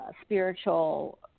spiritual